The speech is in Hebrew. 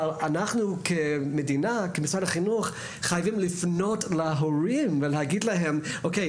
לכן אנחנו כמשרד החינוך חייבים לפנות להורים ולהגיד להם: "אוקיי,